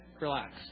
relax